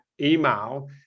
email